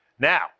Now